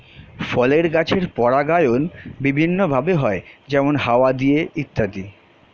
ফলের গাছের পরাগায়ন বিভিন্ন ভাবে হয়, যেমন হাওয়া দিয়ে ইত্যাদি